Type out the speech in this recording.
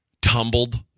tumbled